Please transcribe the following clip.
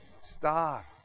star